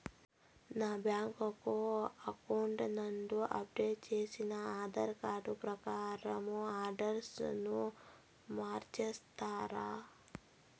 నా bank account నందు update చేసిన ఆధార్ కార్డు ప్రకారం అడ్రస్ ను మార్చిస్తారా?